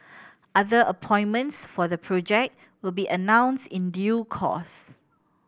other appointments for the project will be announced in due course